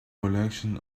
collection